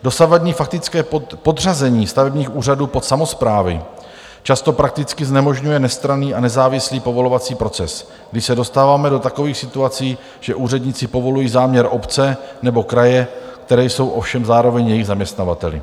Dosavadní faktické podřazení stavebních úřadů pod samosprávy často prakticky znemožňuje nestranný a nezávislý povolovací proces, když se dostáváme do takových situací, že úředníci povolují záměr obce nebo kraje, které jsou ovšem zároveň jejich zaměstnavateli.